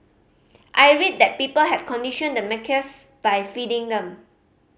I read that people had conditioned the macaques by feeding them